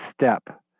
step